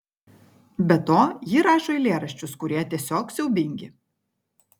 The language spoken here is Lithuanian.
be to ji rašo eilėraščius kurie tiesiog siaubingi